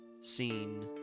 seen